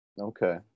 Okay